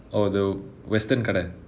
oh the western kadai mm